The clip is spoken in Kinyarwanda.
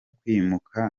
kwimuka